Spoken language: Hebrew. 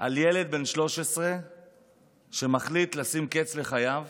על ילד בן 13 שמחליט לשים קץ לחייו